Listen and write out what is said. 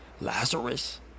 Lazarus